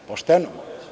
Pošteno.